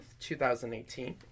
2018